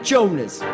Jonas